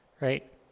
Right